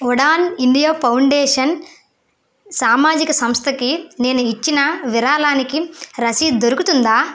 Udaan India foundation సామాజిక సంస్థకి నేను ఇచ్చిన విరాళానికి రసీదు దొరుకుతుందా